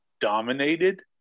dominated